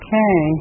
Okay